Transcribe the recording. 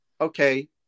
okay